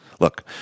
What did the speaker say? Look